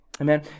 Amen